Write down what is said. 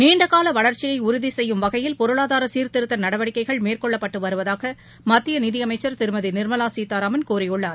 நீண்டகாலவளர்ச்சியைஉறுதிசெய்யும் வகையில் பொருளாதாரசீர்திரு்ததநடவடிக்கைகள் மேற்கொள்ளப்பட்டுவருவதாகமத்தியநிதிஅமைச்சர் திருமதிநிர்மவாசீதராமன் கூறியுள்ளார்